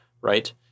right